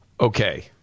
Okay